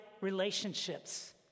relationships